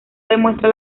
demuestra